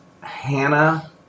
Hannah